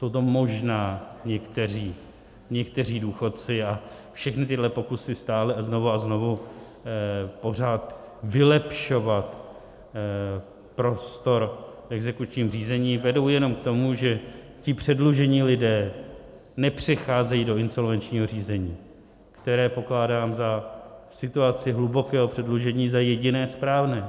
Jsou to možná někteří, někteří důchodci, a všechny tyhle pokusy stále a znovu a znovu pořád vylepšovat prostor v exekučním řízení vedou jenom k tomu, že ti předlužení lidé nepřecházejí do insolvenčního řízení, které pokládám v situaci hlubokého předlužení za jediné správné.